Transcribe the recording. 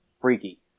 freaky